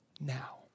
now